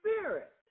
Spirit